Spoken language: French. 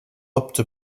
opte